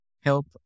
help